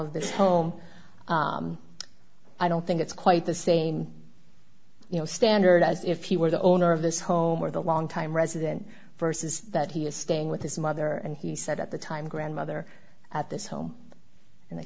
of the home i don't think it's quite the same you know standard as if he were the owner of this home or the longtime resident versus that he is staying with his mother and he said at the time grandmother at this home and